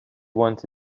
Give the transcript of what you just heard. want